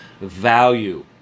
value